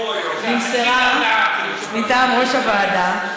שנמסרה מטעם ראש הוועדה,